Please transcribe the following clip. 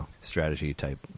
strategy-type